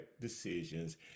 decisions